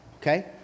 okay